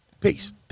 Peace